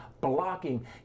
blocking